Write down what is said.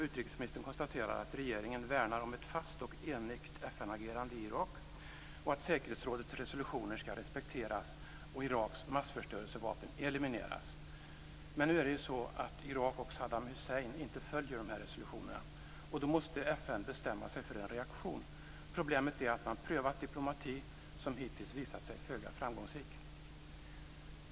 Utrikesministern konstaterar att regeringen värnar om ett fast och enigt FN-agerande i Irak och om att säkerhetsrådets resolutioner skall respekteras och Iraks massförstörelsevapen elimineras. Men nu är det ju så att Irak och Saddam Hussein inte följer de här resolutionerna. Då måste FN bestämma sig för en reaktion. Problemet är att man har prövat diplomati, men det har hittills visat sig föga framgångsrikt.